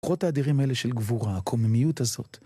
הכוחות האדירים האלה של גבורה, הקוממיות הזאת.